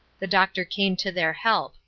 the doctor came to their help.